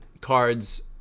cards